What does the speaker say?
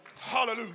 Hallelujah